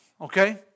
Okay